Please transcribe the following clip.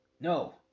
No